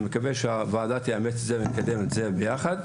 אני מקווה שהוועדה תאמץ את זה ותקדם את זה ביחד.